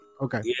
Okay